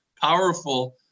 powerful